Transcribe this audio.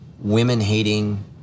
women-hating